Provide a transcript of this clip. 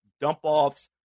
dump-offs